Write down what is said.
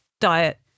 diet